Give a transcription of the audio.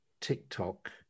TikTok